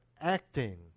acting